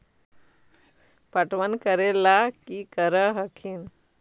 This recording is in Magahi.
पटबन करे ला की कर हखिन?